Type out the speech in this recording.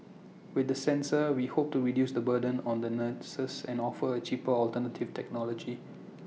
with the sensor we hope to reduce the burden on the nurses and offer A cheaper alternative technology